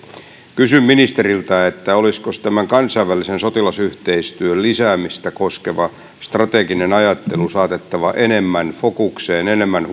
kysyn ministeriltä olisiko tämän kansainvälisen sotilasyhteistyön lisäämistä koskeva strateginen ajattelu saatettava enemmän fokukseen enemmän